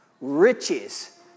riches